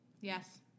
Yes